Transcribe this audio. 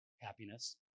happiness